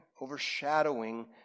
overshadowing